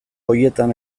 horietan